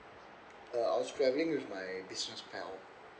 uh I was travelling with my business pal